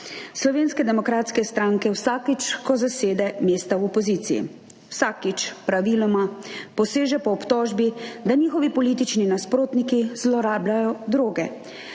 Slovenske demokratske stranke vsakič, ko zasede mesta v opoziciji. Vsakič, praviloma, poseže po obtožbi, da njihovi politični nasprotniki zlorabljajo droge,